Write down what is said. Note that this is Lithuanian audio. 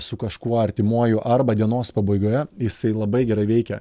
su kažkuo artimuoju arba dienos pabaigoje jisai labai gerai veikia